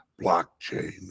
blockchain